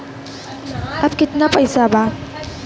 अब कितना पैसा बा?